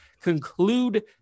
conclude